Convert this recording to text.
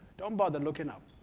don't bother looking up.